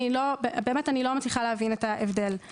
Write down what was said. אני באמת לא מצליחה להבין את ההבדל.